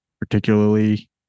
particularly